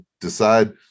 decide